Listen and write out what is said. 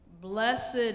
Blessed